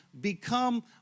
become